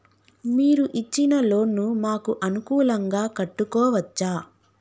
మీరు ఇచ్చిన లోన్ ను మాకు అనుకూలంగా కట్టుకోవచ్చా?